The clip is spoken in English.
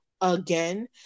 again